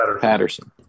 Patterson